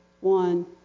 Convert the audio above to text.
One